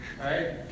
right